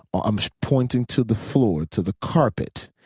ah i'm pointing to the floor, to the carpet.